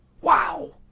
Wow